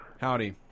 Howdy